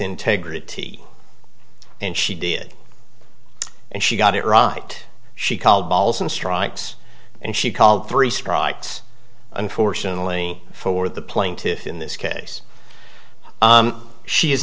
integrity and she did and she got it right she called balls and strikes and she called three strikes unfortunately for the plaintiff in this case she is